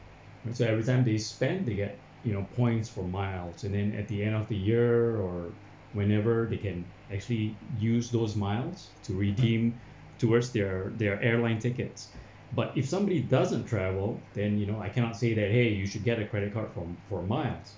so every time they spend they get you know points for miles and then at the end of the year or whenever they can actually use those miles to redeem towards their their airline tickets but if somebody doesn't travel then you know I cannot say that !hey! you should get a credit card for for miles